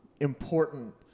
important